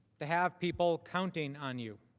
to have people counting on you